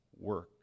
work